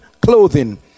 clothing